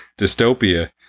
dystopia